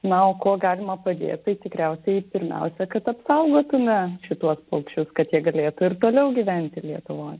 na o kuo galima padėt tai tikriausiai pirmiausia kad apsaugotume šituos paukščius kad jie galėtų ir toliau gyventi lietuvoj